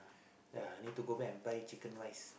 ya I need to go back and buy chicken rice